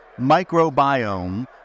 microbiome